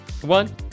one